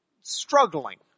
struggling